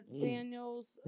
Daniels